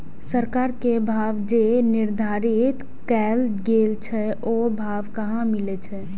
सरकार के भाव जे निर्धारित कायल गेल छै ओ भाव कहाँ मिले छै?